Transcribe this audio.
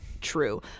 true